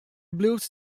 bliuwt